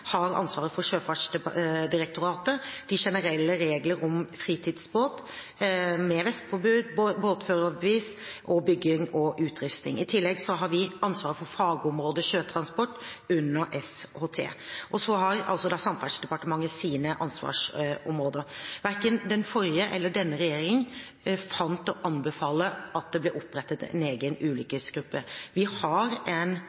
har ansvaret for Sjøfartsdirektoratet, de generelle reglene om fritidsbåt med vestpåbud, båtførerbevis og bygging og utrustning. I tillegg har vi ansvaret for fagområdet «sjøtransport» under Statens havarikommisjon for transport, og så har altså Samferdselsdepartementet sine ansvarsområder. Verken den forrige eller denne regjeringen fant å anbefale at det ble opprettet en egen ulykkesgruppe. Vi har en